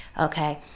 okay